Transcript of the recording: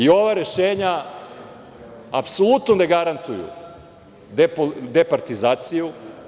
Ova rešenja apsolutno ne garantuju departizaciju.